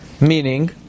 meaning